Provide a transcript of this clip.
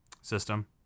system